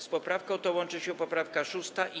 Z poprawką tą łączy się poprawka 6.